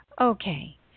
Okay